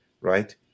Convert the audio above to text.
right